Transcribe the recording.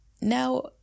now